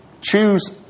choose